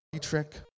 trick